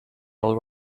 all